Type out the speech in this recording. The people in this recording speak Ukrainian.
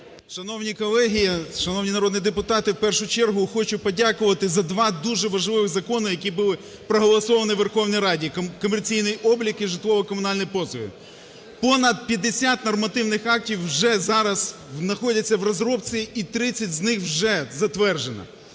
Шановні колеги, шановні народні депутати, в першу чергу хочу подякувати за два дуже важливі закони, які були проголосовані у Верховній Раді: комерційний облік і житлово-комунальні послуги. Понад 50 нормативних актів вже зараз знаходяться в розробці і 30 з них вже затверджено.